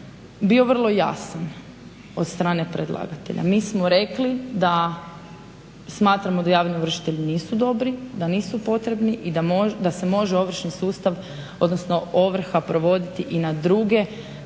bio vrlo jasan od strane predlagatelja. Mi smo rekli da smatramo da javni ovršitelji nisu dobri, da nisu potrebni i da se može obični sustav, odnosno ovrha provoditi i na druge